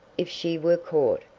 if she were caught,